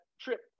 trip